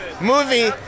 movie